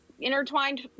intertwined